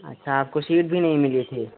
अच्छा आपको सीट भी नहीं मिली थी